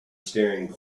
staring